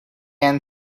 and